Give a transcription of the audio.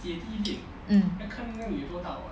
mm